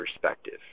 perspective